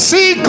See